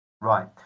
Right